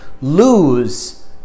Lose